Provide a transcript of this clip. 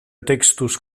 textos